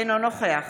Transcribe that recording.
אינו נוכח